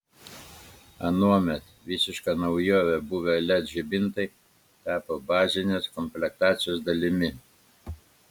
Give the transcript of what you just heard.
anuomet visiška naujove buvę led žibintai tapo bazinės komplektacijos dalimi